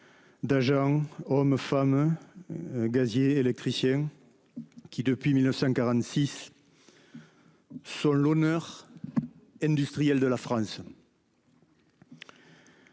d'agents, hommes et femmes, gaziers et électriciens qui, depuis 1946, sont l'honneur industriel de la France.